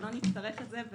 שלא נצטרך את זה.